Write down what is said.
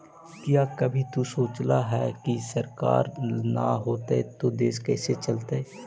क्या कभी तु सोचला है, की सरकार ना होतई ता देश कैसे चलतइ